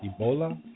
Ebola